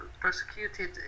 persecuted